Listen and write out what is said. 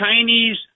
Chinese